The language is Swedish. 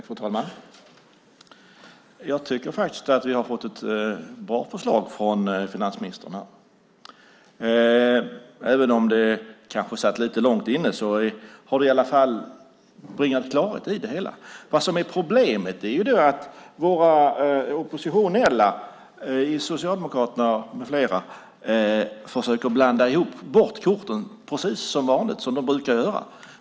Fru talman! Jag tycker faktiskt att vi har fått ett bra förslag från finansministern. Även om det kanske satt långt inne har det i alla fall bringat klarhet i det hela. Problemet är att oppositionen, socialdemokrater med flera, försöker blanda bort korten - precis som vanligt.